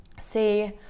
See